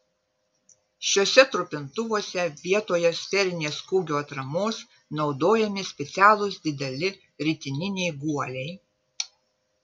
šiuose trupintuvuose vietoje sferinės kūgio atramos naudojami specialūs dideli ritininiai guoliai